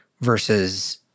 versus